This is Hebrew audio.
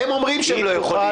הם אומרים בעצמם שהם לא יכולים.